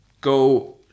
go